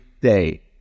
day